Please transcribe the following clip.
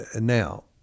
Now